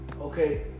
okay